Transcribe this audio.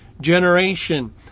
generation